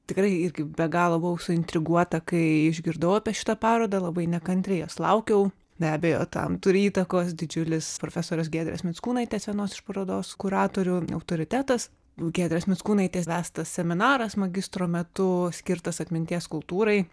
tikrai ir kaip be galo buvau suintriguota kai išgirdau apie šitą parodą labai nekantriai jos laukiau be abejo tam turi įtakos didžiulis profesorės giedrės mickūnaitės vienos iš parodos kuratorių autoritetas giedrės mickūnaitės vestas seminaras magistro metu skirtas atminties kultūrai